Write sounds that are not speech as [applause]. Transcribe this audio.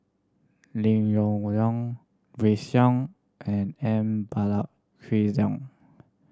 Lim Yong Liang Grace [unintelligible] and M [unintelligible]